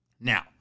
Now